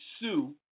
sue